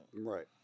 Right